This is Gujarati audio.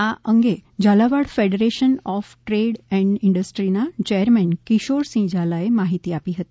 આ અંગે Jhalawad federation of trade and ઇન્ડસ્ટ્રીઝના ચેરમેન કિશોરસિંહ ઝાલાએ માહિતી આપી હતી